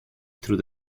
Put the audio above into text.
through